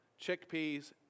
chickpeas